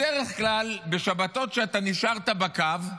בדרך כלל בשבתות שאתה נשאר בקו,